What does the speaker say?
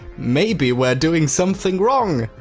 maybe we're doing something wrong.